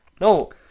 No